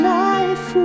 life